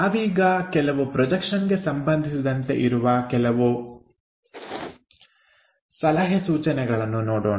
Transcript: ನಾವೀಗ ಕೆಲವು ಪ್ರೊಜೆಕ್ಷನ್ಗೆ ಸಂಬಂಧಿಸಿದಂತೆ ಇರುವ ಕೆಲವು ಸಲಹೆಸೂಚನೆಗಳನ್ನು ನೋಡೋಣ